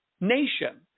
nation